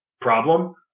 problem